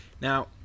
Now